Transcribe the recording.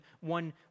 one